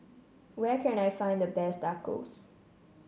where can I find the best Tacos